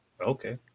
Okay